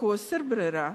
מחוסר ברירה.